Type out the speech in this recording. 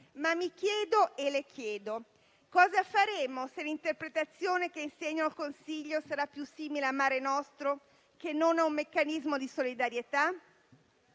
Mi chiedo però, e le chiedo, cosa faremo se l'interpretazione in seno al Consiglio sarà più simile a «*mare nostrum*» che non ad un meccanismo di solidarietà?